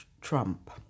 trump